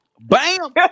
BAM